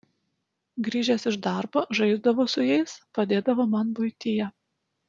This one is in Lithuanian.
grįžęs iš darbo žaisdavo su jais padėdavo man buityje